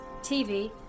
tv